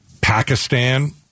Pakistan